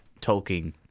Tolkien